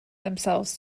themselves